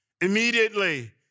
Immediately